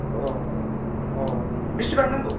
अ अ बेसेबां नांगौ